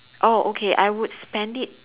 oh okay I would spend it